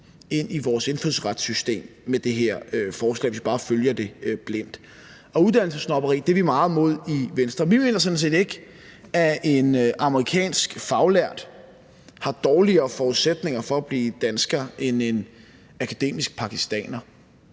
ind i vores indfødsretssystem med det her forslag, hvis vi bare følger det blindt. Uddannelsessnobberi er vi meget imod i Venstre. Vi mener sådan set ikke, at en amerikansk faglært har dårligere forudsætninger for at blive dansker end en akademisk pakistaner,